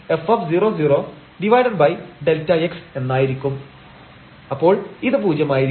fxyxy√x2y2 xy0 0 xy≠0 0 അപ്പോൾ ഇത് പൂജ്യമായിരിക്കും